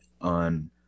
on